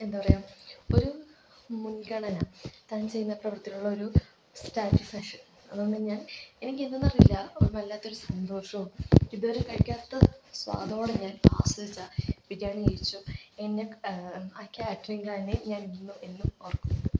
എന്താ പറയുക ഒരു മുൻഗണന താൻ ചെയ്യുന്ന ഒരു പ്രവൃത്തിയോടുള്ള ഒരു സാറ്റിസ്ഫേക്ഷൻ അതു കൊണ്ട് ഞാൻ എനിക്കെന്തെന്ന് അറിയില്ല വല്ലാത്തൊരു സന്തോഷവും ഇതുവരെ കഴിക്കാത്ത സ്വാദോടെ ഞാൻ ആസ്വദിച്ചാ ബിരിയാണി കഴിച്ചു എന്നെ ആ കാറ്ററിംഗ് കാരനെ ഞാൻ ഇന്നും എന്നും ഓർക്കുന്നു